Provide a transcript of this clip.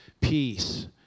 peace